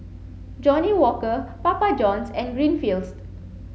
Johnnie Walker Papa Johns and Greenfields